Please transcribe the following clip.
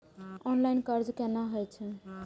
Online कर्ज केना होई छै?